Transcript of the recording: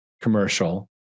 commercial